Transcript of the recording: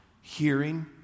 Hearing